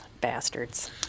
Bastards